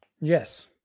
Yes